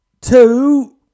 two